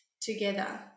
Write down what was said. together